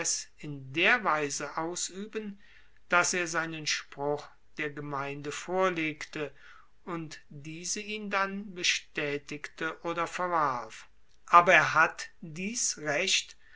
in der weise ausueben dass er seinen spruch der gemeinde vorlegte und diese ihn dann bestaetigte oder verwarf aber er hat dies recht